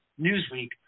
Newsweek